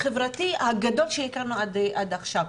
חברתי הגדול שהכרנו עד עכשיו.